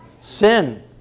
Sin